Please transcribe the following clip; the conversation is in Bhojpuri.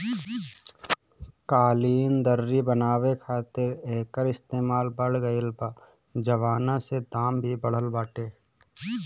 कालीन, दर्री बनावे खातिर एकर इस्तेमाल बढ़ गइल बा, जवना से दाम भी बढ़ल बाटे